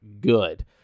good